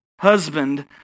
husband